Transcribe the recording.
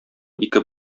ике